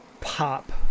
pop